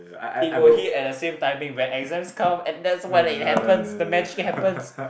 it will hit at the same timing when exams come and that's when it happens the magic happens